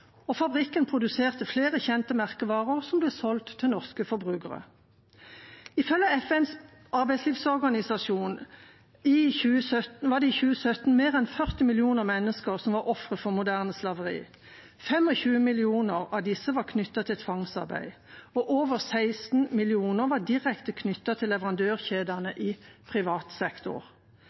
Fabrikken produserte flere kjente merkevarer som ble solgt til norske forbrukere. Ifølge FNs arbeidslivsorganisasjon var det i 2017 mer enn 40 millioner mennesker som var ofre for moderne slaveri. 25 millioner av disse var knyttet til tvangsarbeid, og over 16 millioner var direkte knyttet til leverandørkjedene i privat sektor